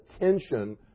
attention